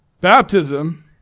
Baptism